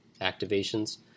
activations